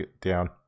down